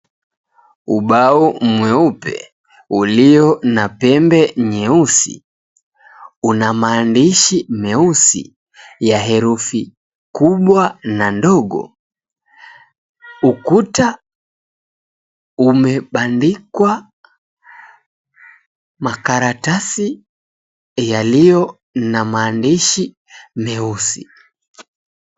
Ubao mweupe ulio na pembe nyeusi una maandishi meusi ya herufi kubwa na ndogo. Ukuta umebandikwa makaratasi yaliyo na maandishi meusi.